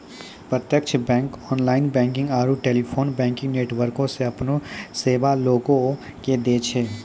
प्रत्यक्ष bank online banking आरू telephone banking नेटवर्को से अपनो सेबा लोगो के दै छै